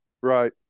Right